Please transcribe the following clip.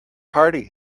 party